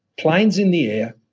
planes in the air,